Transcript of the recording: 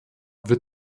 wird